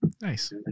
Nice